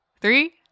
Three